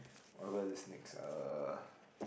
whatever is next uh